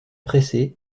pressé